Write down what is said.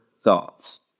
thoughts